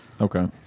Okay